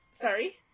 Sorry